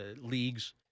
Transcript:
leagues